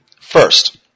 First